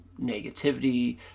negativity